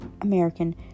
American